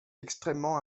extrêmement